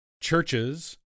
churches